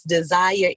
desire